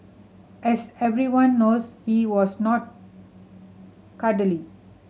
as everyone knows he was not cuddly